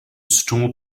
store